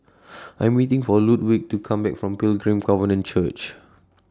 I'm waiting For Ludwig to Come Back from Pilgrim Covenant Church